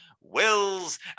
Will's